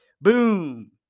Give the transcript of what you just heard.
Boom